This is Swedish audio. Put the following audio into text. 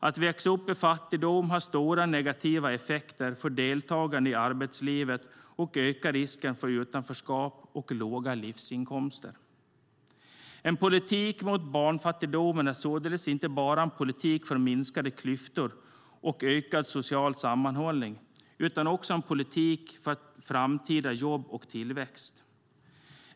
Att växa upp i fattigdom har stora negativa effekter för deltagandet i arbetslivet och ökar risken för utanförskap och låga livsinkomster. En politik mot barnfattigdomen är således inte bara en politik för minskade klyftor och ökad social sammanhållning utan också en politik för framtida jobb och tillväxt.